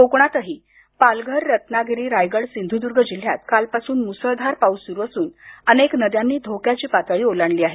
कोकणातही पालघर रत्नागिरी रायगड सिंधुदुर्ग जिल्ह्यात कालपासून मुसळधार पाऊस सुरू असून अनेक नद्यांनी धोक्याची पातळी ओलांडली आहे